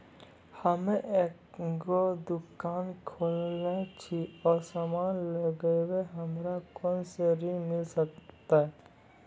हम्मे एगो दुकान खोलने छी और समान लगैबै हमरा कोना के ऋण मिल सकत?